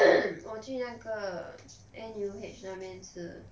我去那个 N_U_H 那边吃